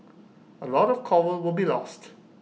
A lot of Coral will be lost